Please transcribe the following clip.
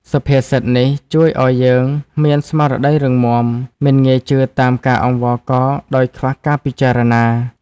សុភាសិតនេះជួយឱ្យយើងមានស្មារតីរឹងមាំ មិនងាយជឿតាមការអង្វរករដោយខ្វះការពិចារណា។